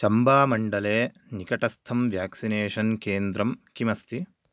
चम्बामण्डले निकटस्थं व्याक्सिनेषन् केन्द्रं किमस्ति